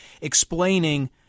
explaining